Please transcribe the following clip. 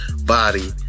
body